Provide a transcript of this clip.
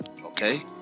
okay